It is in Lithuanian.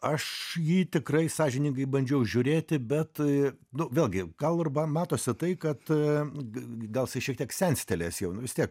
aš jį tikrai sąžiningai bandžiau žiūrėti bet nu vėlgi gal ir matosi tai kad gal jisai šiek tiek senstelėjęs jau nu vis tiek